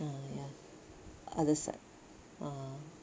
ah ya other side ah